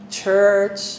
church